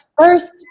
first